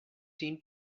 seem